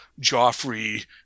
Joffrey